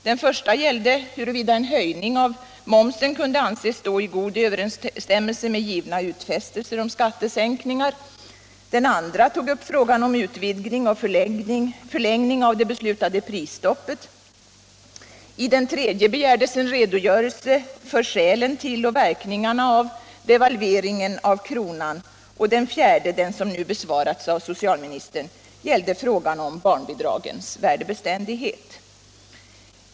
Den första gällde huruvida en höjning av momsen kunde anses stå i god överensstämmelse med givna utfästelser om skattesänkningar, den andra tog upp frågan om utvidgning och förlängning av det beslutade prisstoppet, i den tredje begärdes en redogörelse för skälen till och verkningarna av devalveringen av kronan och den fjärde, den som nu besvarats av socialministern, gällde barnbidragens värdebeständighet.